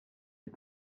est